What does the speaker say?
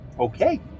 Okay